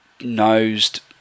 nosed